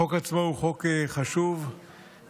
החוק עצמו הוא חוק חשוב מאוד,